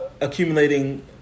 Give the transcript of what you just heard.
accumulating